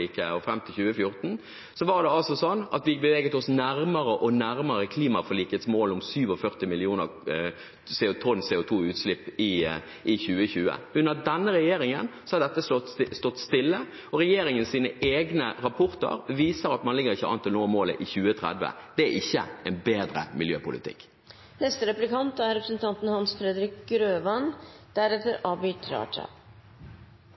og fram til 2014 – var det altså sånn at vi beveget oss nærmere og nærmere klimaforlikets mål om 47 millioner tonn CO2-ekvivalenter i 2020. Under denne regjeringen har dette stått stille, og regjeringens egne rapporter viser at man ligger ikke an til å nå målet i 2030. Det er ikke en bedre miljøpolitikk.